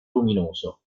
luminoso